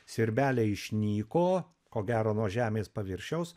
svirbeliai išnyko ko gero nuo žemės paviršiaus